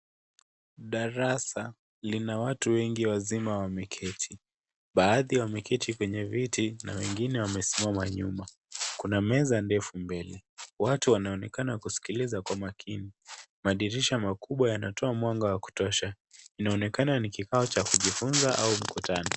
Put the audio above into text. Darasa lina watu wengi wazima wameketi. Baadhi wameketi kwenye viti na wengine wamesimama juu. Kuna meza ndefu mbele na watu wanaonekana kusikiliza kwa makini. Madirisha makubwa yanatoa mwanga wa kutosha. Inaonekana ni kikao cha kujifunza au kukutana.